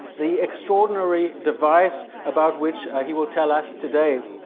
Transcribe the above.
the extraordinary device about which he will tell us today.